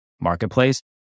marketplace